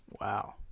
Wow